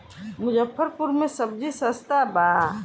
मुजफ्फरपुर में सबजी सस्ता बा